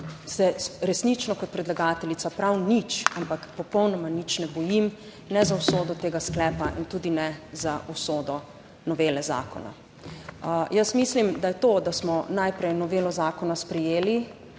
se resnično kot predlagateljica prav nič, ampak popolnoma nič ne bojim, ne za usodo tega sklepa in tudi ne za usodo novele zakona. Jaz mislim, da je to, da smo najprej novelo zakona sprejeli,